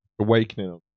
Awakening